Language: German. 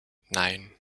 nein